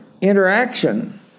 interaction